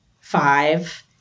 five